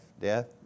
death